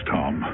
Tom